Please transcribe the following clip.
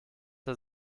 der